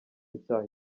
icyaha